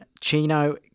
Chino